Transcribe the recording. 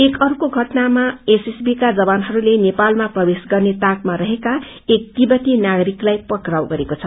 एक अर्को घटनामा एसएसबी का जवानहरूले नेपालमा प्रवेश गर्ने ताकमा रहेका एक तिब्बती नागरिकलाई पक्काउ गरेको छ